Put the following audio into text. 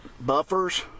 buffers